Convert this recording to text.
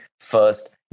first